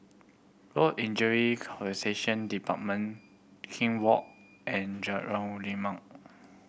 Work Injury Compensation Department King Walk and Lima